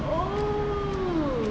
oo